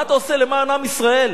מה אתה עושה למען עם ישראל.